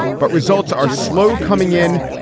but results are slow coming in.